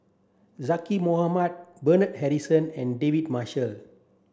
Zaqy Mohamad Bernard Harrison and David Marshall